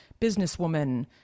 businesswoman